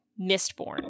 Mistborn